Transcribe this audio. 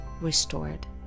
restored